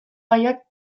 gaiak